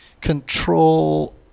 control